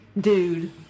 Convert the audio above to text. dude